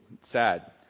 sad